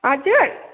हजुर